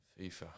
FIFA